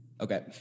Okay